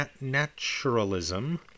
naturalism